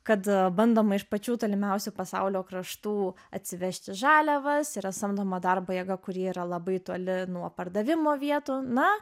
kad bandoma iš pačių tolimiausių pasaulio kraštų atsivežti žaliavas yra samdoma darbo jėga kuri yra labai toli nuo pardavimo vietų na